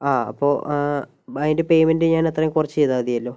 ആ അപ്പോൾ അതിൻ്റെ പെയ്മെൻറ് ഞാൻ അത്രയും കുറച്ച് ചെയ്താൽ മതിയല്ലോ